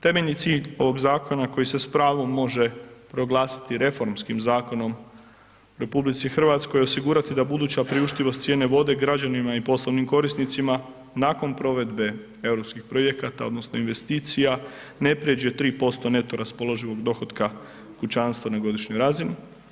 Temeljni cilj ovog zakona koji se s pravom može proglasiti reformskim zakonom, RH osigurati da buduća priuštivost cijene vode građanima i poslovnim korisnicima nakon provedbe europskih projekata odnosno investicija ne pređe 3% neto raspoloživog dohotka kućanstva na godišnjoj razini.